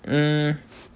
mm